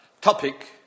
topic